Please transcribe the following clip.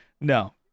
no